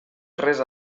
res